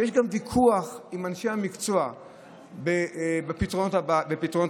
שיש גם ויכוח עם אנשי המקצוע לגבי פתרונות הבעיה.